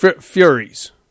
Furies